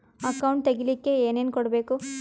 Account ತೆಗಿಲಿಕ್ಕೆ ಏನೇನು ಕೊಡಬೇಕು?